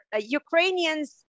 Ukrainians